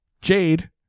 Jade